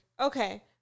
Okay